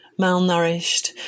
malnourished